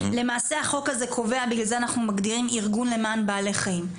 בגלל זה אנחנו מגדירים בחוק ארגון למען בעלי חיים.